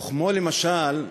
וכמו, למשל,